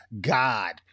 God